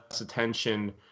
attention